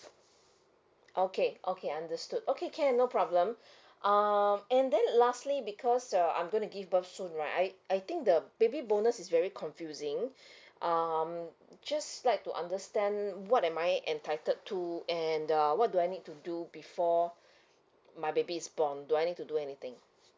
okay okay understood okay can no problem um and then lastly because uh I'm gonna give birth soon right I think the baby bonus is very confusing um just like to understand what am I entitled to and uh what do I need to do before my baby is born do I need to do anything